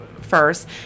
first